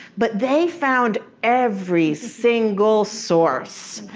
but they found every single source.